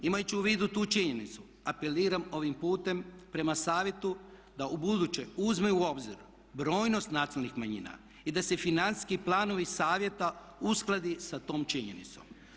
Imajući u vidu tu činjenicu apeliram ovim putem prema Savjetu da ubuduće uzme u obzir brojnost nacionalnih manjina i da se financijski planovi Savjeta uskladi sa tom činjenicom.